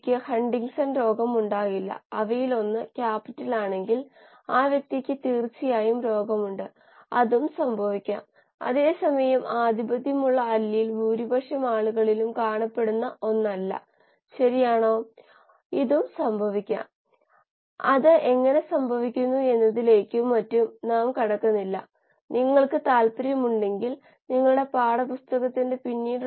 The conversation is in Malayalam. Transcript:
ഒരു പദാർത്ഥത്തിന് ദാനം ചെയ്യാൻ കഴിയുന്ന ഇലക്ട്രോണുകളുടെ എണ്ണമായാണ് ഇത് മനസ്സിലാക്കുന്നത് അതാണ് റിഡക്റ്റൻസിന്റെ അളവ്